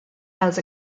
house